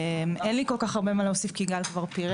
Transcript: אם אין לי כל כך הרבה מה להוסיף, כי גל כבר פירט.